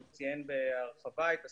הוא ציין בהרחבה את הסוגיות.